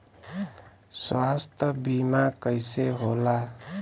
स्वास्थ्य बीमा कईसे होला?